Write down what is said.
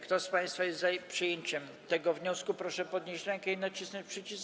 Kto z państwa jest za przyjęciem tego wniosku, proszę podnieść rękę i nacisnąć przycisk.